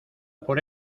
por